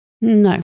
no